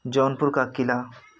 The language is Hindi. जौनपुर का किला